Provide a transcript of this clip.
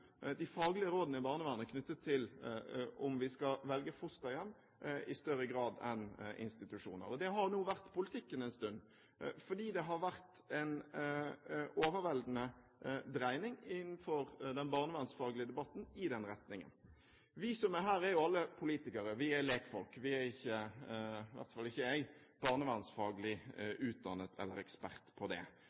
de faglige rådene i barnevernet knyttet til om vi i større grad skal velge fosterhjem enn institusjoner. Det har nå vært politikken en stund, fordi det innenfor den barnevernsfaglige debatten har vært en overveldende dreining i den retningen. Vi som er her, er jo alle politikere. Vi er lekfolk. Vi er ikke – i hvert fall ikke jeg – barnevernsfaglig utdannet eller eksperter på det.